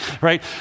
Right